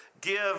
Give